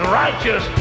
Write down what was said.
righteous